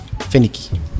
Finicky